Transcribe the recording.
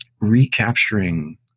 recapturing